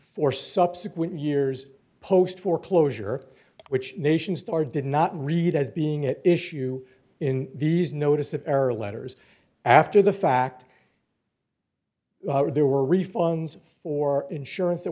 for subsequent years post foreclosure which nations are did not read as being at issue in these notice of error letters after the fact there were refunds for insurance